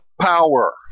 power